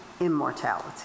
immortality